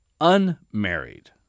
unmarried